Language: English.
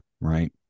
right